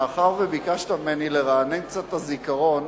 מאחר שביקשת ממני לרענן קצת את הזיכרון,